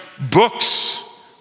books